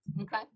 Okay